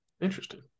Interesting